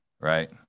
Right